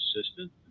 assistant